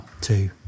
Two